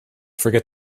forget